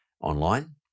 online